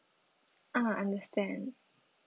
ah understand